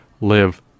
live